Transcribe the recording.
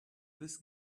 this